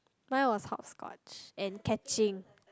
mine was hopscotch and catching